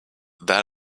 that